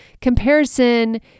comparison